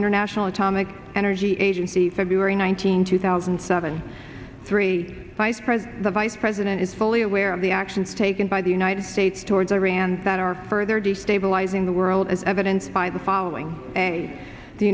international atomic energy agency february nineteenth two thousand and seven three vice president the vice president is fully aware of the actions taken by the united states towards iran that are further destabilizing the world as evidenced by the following